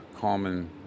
common